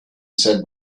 said